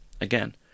again